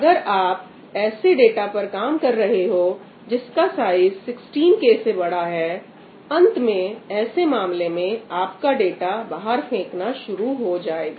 अगर आप ऐसे डाटा पर काम कर रहे हो जिस का साइज 16 K से बड़ा है अंत में ऐसे मामले में आपका डाटा बाहर फेंकना शुरू हो जाएगा